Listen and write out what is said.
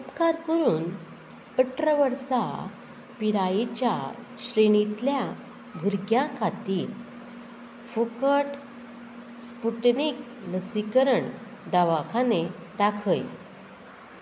उपकार करून अठरा वर्सा पिरायेच्या श्रेणींतल्या भुरग्यां खातीर फुकट स्पुटनिक लसीकरण दवाखाने दाखय